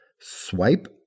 Swipe